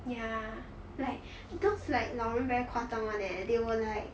ya like those like 老人 very 夸张 [one] leh they will like